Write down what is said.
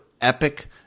epic